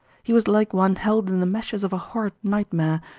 he was like one held in the meshes of a horrid nightmare,